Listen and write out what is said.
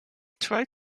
tried